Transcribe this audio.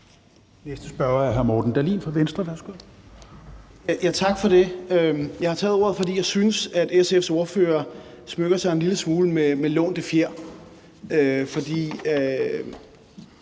Værsgo. Kl. 17:05 Morten Dahlin (V): Tak for det. Jeg har taget ordet, fordi jeg synes, at SF's ordfører smykker sig en lille smule med lånte fjer.